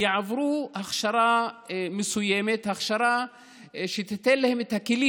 יעברו הכשרה מסוימת שתיתן להם את הכלים